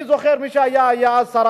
אני זוכר, מי היה אז שר